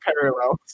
parallels